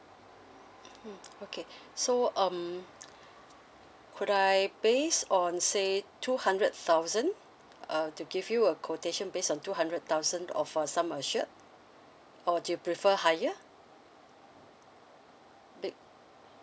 mm okay so um could I base on say two hundred thousand uh to give you a quotation based on two hundred thousand or for some assured or do you prefer higher